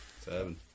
Seven